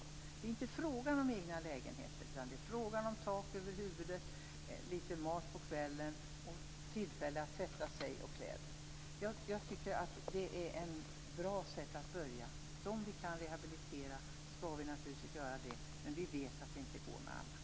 Det är inte fråga om egna lägenheter utan det är fråga om tak över huvudet, litet mat på kvällen, tillfälle att tvätta sig själv och att tvätta kläder. Det är ett bra sätt att börja. De människor vi kan rehabilitera skall vi naturligtvis hjälpa. Men vi vet att det inte går med alla.